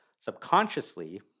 Subconsciously